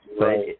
Right